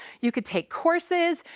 you could take courses.